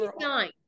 nine